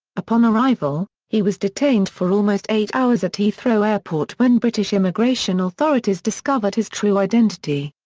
upon arrival, he was detained for almost eight hours at heathrow airport when british immigration authorities discovered his true identity.